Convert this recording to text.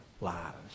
lives